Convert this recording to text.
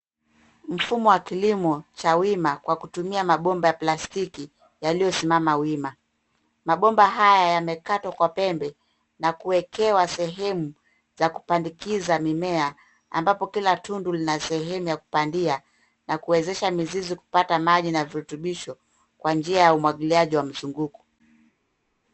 Mfumo wa kilimo cha wima kwa kutumia mabomba ya plastiki yaliyosimama wima. Mabomba haya yamekatwa kwa pembe na kuwekewa sehemu za kupandikiza mimea ambapo kila tundu lina sehemu ya kupandia na kuwezesha mizizi kupata maji na virutubisho kwa njia ya umwangiliaji wa mizunguko.